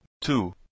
Two